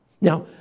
Now